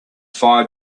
fired